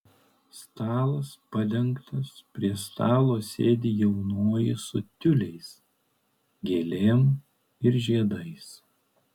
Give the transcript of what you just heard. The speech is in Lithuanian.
stalas padengtas prie stalo sėdi jaunoji su tiuliais gėlėm ir žiedais